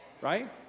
Right